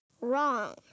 Wrong